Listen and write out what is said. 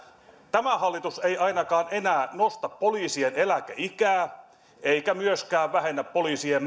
tämä hallitus ei ainakaan enää nosta poliisien eläkeikää eikä myöskään vähennä poliisien